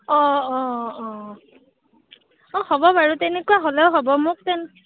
অঁ অঁ অঁ অঁ হ'ব বাৰু তেনেকুৱা হ'লেও হ'ব মোক